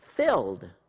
Filled